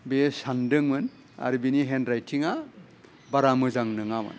बेयो सान्दोमोन आरो बिनि हेन्ड राइथिंआ बारा मोजां नोङामोन